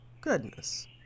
goodness